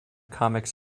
comix